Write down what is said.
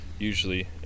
usually